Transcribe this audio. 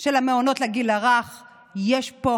של המעונות לגיל הרך, יש פה